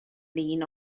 lun